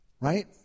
right